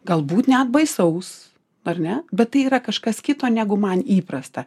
galbūt net baisaus ar ne bet tai yra kažkas kito negu man įprasta